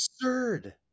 absurd